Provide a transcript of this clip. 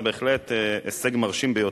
זה הישג מרשים ביותר.